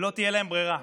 ולא תהיה להם ברירה,